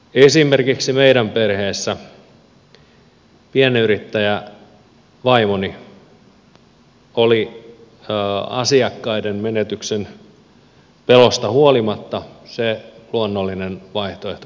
esimerkiksi meidän perheessä pienyrittäjävaimoni oli asiakkaiden menetyksen pelosta huolimatta se luonnollinen vaihtoehto kuka jäi kotiin